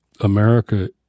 America